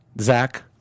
Zach